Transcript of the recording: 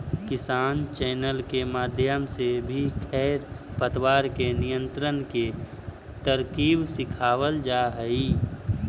किसान चैनल के माध्यम से भी खेर पतवार के नियंत्रण के तरकीब सिखावाल जा हई